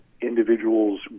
individuals